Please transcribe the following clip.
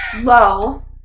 Low